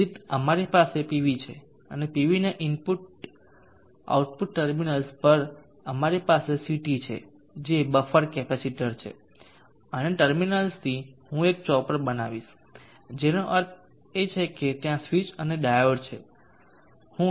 તેથી અમારી પાસે પીવી છે અને પીવીના આઉટપુટ ટર્મિનલ્સ પર અમારી પાસે Ct છે બફર કેપેસિટર છે અને ટર્મિનલથી હું એક ચોપર બનાવીશ જેનો અર્થ છે કે ત્યાં સ્વીચ અને ડાયોડ છે તે છે